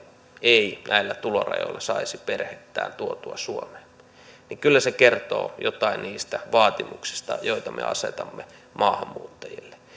ei näillä tulorajoilla saisi perhettään tuotua suomeen niin kyllä se kertoo jotain niistä vaatimuksista joita me asetamme maahanmuuttajille